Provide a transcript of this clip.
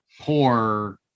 poor